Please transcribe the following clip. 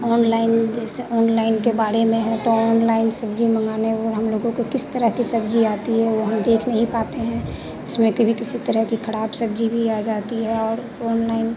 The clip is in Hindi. ओनलाइन जैसे ओनलाइन के बारे में है तो ओनलाइन में सब्जी मँगाने में हम लोगों को किस तरह की सब्जी आती है वह हम देख नहीं पाते हैं उसमें कभी किसी तरह की खराब सब्जी भी आ जाती है और ओनलाइन